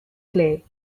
clay